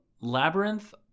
Labyrinth